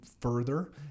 further